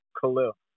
Khalil